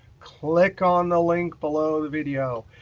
click on the link below the video.